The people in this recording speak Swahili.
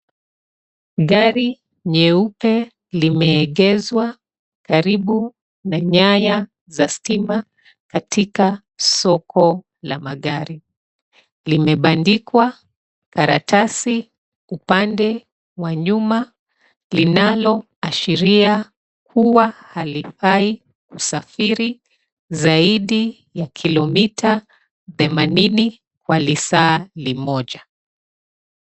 Gari nyeupe limeegezwa karibu na nyaya za stima katika soko la magari. Limebandikwa karatasi upande wa nyuma linaloashiria huwa halifai kusafiri zaidi ya kilomita themanini kwa lisaa limoja.